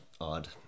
odd